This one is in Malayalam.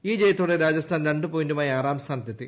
ഈ ജയത്തോടെ രാജസ്ഥാൻ രണ്ട് പോയിന്റുമായി ആറാം സ്ഥാനത്തെത്തി